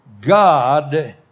God